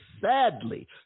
sadly